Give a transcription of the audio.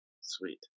Sweet